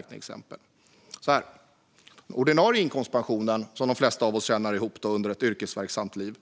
Den ordinarie inkomstpensionen som de flesta av oss tjänar ihop under ett yrkesverksamt liv